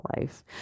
life